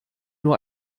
nur